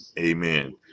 Amen